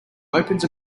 opens